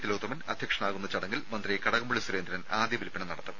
തിലോത്തമൻ അധ്യക്ഷനാകുന്ന ചടങ്ങിൽ മന്ത്രി കടകംപള്ളി സുരേന്ദ്രൻ ആദ്യ വില്പന നടത്തും